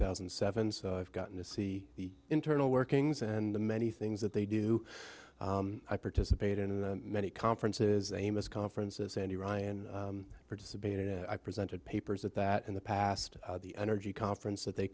thousand and seven so i've gotten to see the internal workings and the many things that they do i participate in many conferences amos conferences and you ryan participated in i presented papers at that in the past the energy conference that they